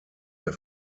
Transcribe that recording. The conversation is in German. der